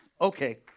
Okay